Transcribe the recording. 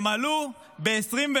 הם עלו ב-25%.